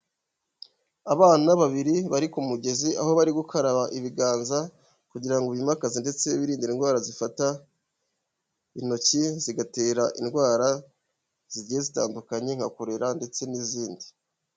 Abana babiri bari ku mugezi, aho bari gukaraba ibiganza kugira ngo bimakaze ndetse birinde indwara zifata intoki zigatera indwara zigiye zitandukanye nka korera ndetse n'izindi.